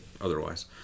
otherwise